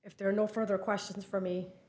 if there are no further questions for me